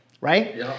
Right